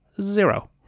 Zero